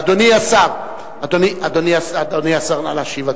אדוני השר, נא להשיב.